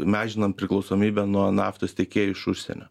mažinam priklausomybę nuo naftos tiekėjų iš užsienio